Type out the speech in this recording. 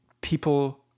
people